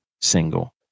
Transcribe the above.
single